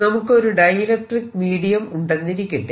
നമുക്ക് ഒരു dielectric medium ഉണ്ടെന്നിരിക്കട്ടെ